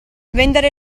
vendere